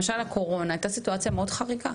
כמו למשל הקורונה, שהייתה סיטואציה מאוד חריגה.